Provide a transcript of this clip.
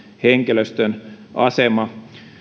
henkilöstön asema